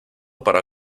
para